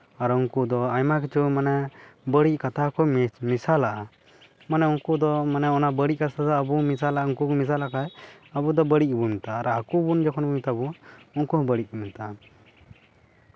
ᱟᱨ ᱩᱱᱠᱩ ᱫᱚ ᱟᱭᱢᱟ ᱠᱤᱪᱷᱩ ᱢᱟᱱᱮ ᱵᱟᱹᱲᱤᱡ ᱠᱟᱛᱷᱟ ᱠᱚ ᱢᱮᱥᱟᱞᱟᱜᱼᱟ ᱢᱟᱱᱮ ᱩᱱᱠᱩ ᱫᱚ ᱢᱟᱱᱮ ᱚᱱᱟ ᱵᱟᱹᱲᱤᱡ ᱠᱟᱛᱷᱟ ᱫᱚ ᱟᱵᱚ ᱵᱚᱱ ᱢᱮᱥᱟᱞᱟᱜ ᱩᱱᱠᱩ ᱠᱚ ᱢᱮᱥᱟᱞᱟᱜ ᱠᱷᱟᱱ ᱟᱵᱚ ᱫᱚ ᱵᱟᱹᱲᱤᱡ ᱜᱮᱵᱚᱱ ᱢᱮᱛᱟᱜᱼᱟ ᱟᱨ ᱟᱠᱚᱣᱟᱜ ᱵᱚᱱ ᱡᱚᱠᱷᱚᱱ ᱵᱚᱱ ᱢᱮᱛᱟ ᱠᱚ ᱩᱱᱠᱩ ᱦᱚᱸ ᱵᱟᱹᱲᱤᱡ ᱠᱚ ᱢᱮᱛᱟᱜᱼᱟ